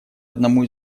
одному